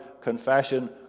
confession